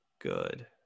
good